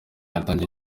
yatangije